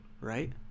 right